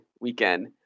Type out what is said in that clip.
weekend